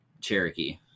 Cherokee